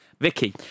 Vicky